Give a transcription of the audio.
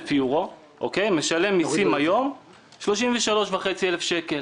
אירו משלם היום מיסים בסך 33,500 שקל.